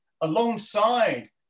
alongside